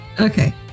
Okay